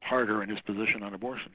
harder in his position on abortion.